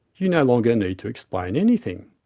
you no longer need to explain anything.